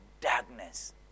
darkness